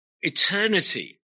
eternity